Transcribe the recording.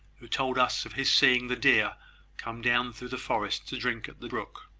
who told us of his seeing the deer come down through the forest to drink at the brook.